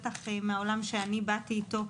בטח מהעולם שבאתי איתו,